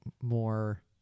more